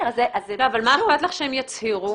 מה אכפת לך שהם יצהירו?